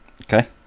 Okay